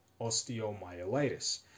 osteomyelitis